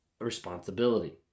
responsibility